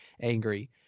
angry